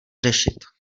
řešit